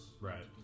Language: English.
Right